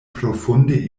profunde